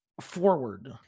forward